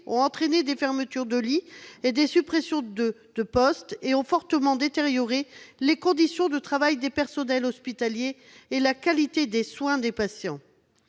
a entraîné des fermetures de lits, des suppressions de postes, et a fortement détérioré les conditions de travail des personnels hospitaliers et la qualité des soins. De plus,